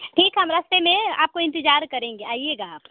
ठीक हम रस्ते में आपका इंतेज़ार करेंगे आइएगा आप